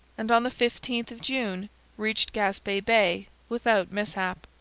and on the fifteenth of june reached gaspe bay without mishap.